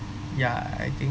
ya I think